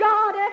God